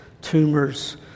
tumors